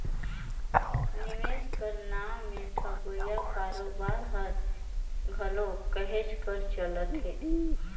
निवेस कर नांव में ठगोइया कारोबार हर घलो कहेच कर चलत हे